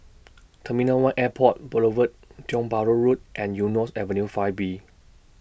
Terminal one Airport Boulevard Tiong Bahru Road and Eunos Avenue five B